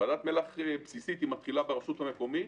ועדת מל"ח בסיסית מתחילה ברשות המקומית,